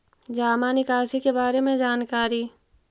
जामा निकासी के बारे में जानकारी?